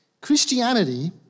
Christianity